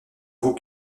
vous